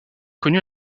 connu